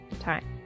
time